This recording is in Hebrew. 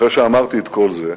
מציון תצא תוכנה,